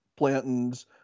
plantons